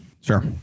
Sure